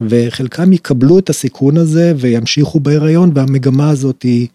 וחלקם יקבלו את הסיכון הזה וימשיכו בהיריון והמגמה הזאתי.